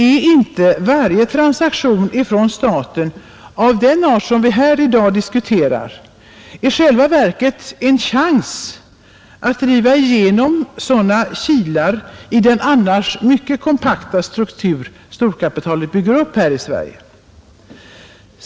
Är inte varje transaktion från staten av den art som vi i dag diskuterar i själva verket en chans att driva in kilar i den annars mycket kompakta struktur som storkapitalet bygger upp här i Sverige?